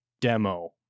demo